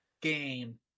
game